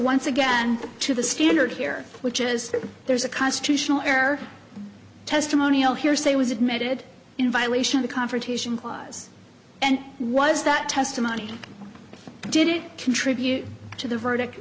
once again to the standard here which is that there's a constitutional error testimonial hearsay was admitted in violation of the confrontation clause and was that testimony did it contribute to the verdict